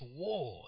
war